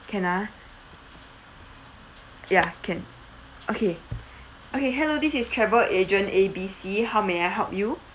can ah ya can okay okay hello this is travel agent A B C how may I help you